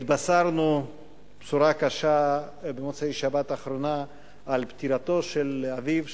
התבשרנו בצורה קשה במוצאי שבת האחרונה על פטירתו של אביו,